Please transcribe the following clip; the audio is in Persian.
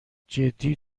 جدی